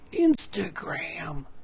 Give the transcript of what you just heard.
Instagram